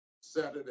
Saturday